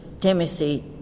Timothy